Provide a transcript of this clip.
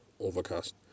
overcast